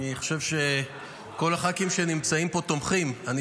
אני חושב שכל הח"כים שנמצאים פה תומכים בהצעה הזו.